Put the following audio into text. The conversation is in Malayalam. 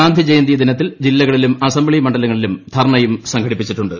ഗാന്ധിജയന്തി ദിനത്തിൽ ജില്ലകളിലും അസംപ്തി മണ്ഡലങ്ങളിലും ധർണയും സംഘടിപ്പിച്ചിട്ടുണ്ട്